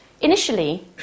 Initially